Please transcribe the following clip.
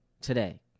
today